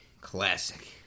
Classic